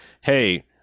hey